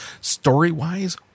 Story-wise